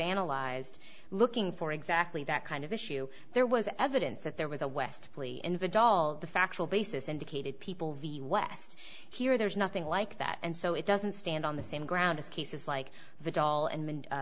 analyzed looking for exactly that kind of issue there was evidence that there was a west plea involved the factual basis indicated people v west here there's nothing like that and so it doesn't stand on the same ground as cases like the doll and